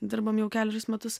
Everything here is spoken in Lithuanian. dirbam jau kelerius metus